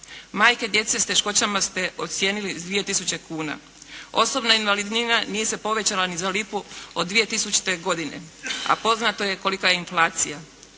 Majke djece s teškoćama ste ocijenili sa 2.000,00 kuna. Osobna invalidnina nije se povećala ni za lipu od 2000. godine, a poznato je kolika je inflacija.